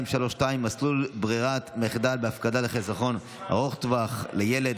232) (מסלול ברירת מחדל בהפקדות לחיסכון ארוך טווח לילד),